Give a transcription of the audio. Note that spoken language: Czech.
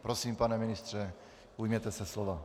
Prosím, pane ministře, ujměte se slova.